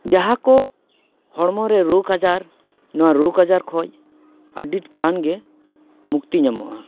ᱡᱟᱦᱟᱸ ᱠᱚ ᱦᱚᱲᱢᱚ ᱨᱮ ᱨᱳᱜ ᱟᱡᱟᱨ ᱱᱚᱣᱟ ᱨᱳᱜ ᱟᱡᱟᱨ ᱠᱷᱚᱱ ᱟᱹᱰᱤ ᱜᱟᱱ ᱜᱮ ᱢᱩᱠᱛᱤ ᱧᱟᱢᱚᱜᱼᱟ